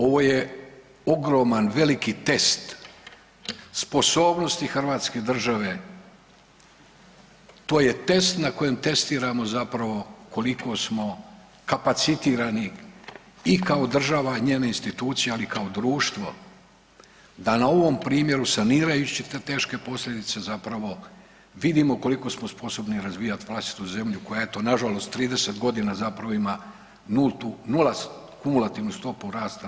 Ovo je ogroman veliki test sposobnosti hrvatske države, to je test na kojem testiramo zapravo koliko smo kapacitirani i kao država i njene institucije, ali i kao društvo da na ovom primjeru sanirajući te teške posljedice zapravo vidimo koliko smo sposobni razvijat vlastitu zemlju koja eto nažalost 30.g. zapravo ima nultu, nula, kumulativnu stopu rasta 0%